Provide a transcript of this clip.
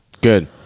Good